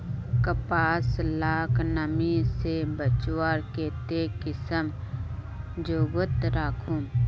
कपास लाक नमी से बचवार केते कुंसम जोगोत राखुम?